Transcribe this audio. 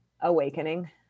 awakening